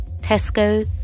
Tesco